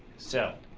so